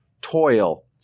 toil